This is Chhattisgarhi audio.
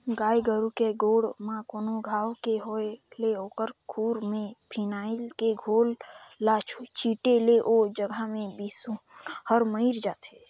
गाय गोरु के गोड़ म कोनो घांव के होय ले ओखर खूर में फिनाइल के घोल ल छींटे ले ओ जघा के बिसानु हर मइर जाथे